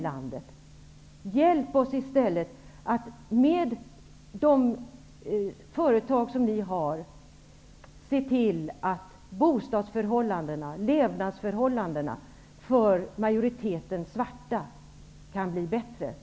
Och hjälp oss att genom era företag se till att bostads och levnadsförhållandena för en majoritet av de svarta blir bättre!